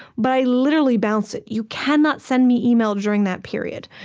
but i literally bounce it. you cannot send me email during that period.